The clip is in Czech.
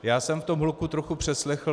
Já jsem v tom hluku trochu přeslechl.